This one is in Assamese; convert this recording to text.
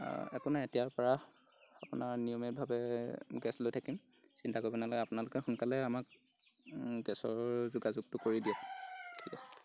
একো নাই এতিয়াৰপৰা আপোনাৰ নিয়মীয়াতভাৱে গেছ লৈ থাকিম চিন্তা কৰিব নালাগে আপোনালোকে সোনকালে আমাক গেছৰ যোগাযোগটো কৰি দিয়ক ঠিক আছে